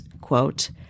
quote